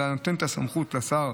אלא שייתן את הסמכות לשר